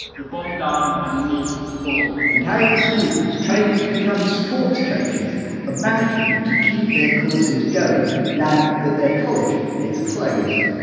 your bum down and your needs forward and how the students training to become sports coaches are ah managing to keep their courses going now that there college is closed.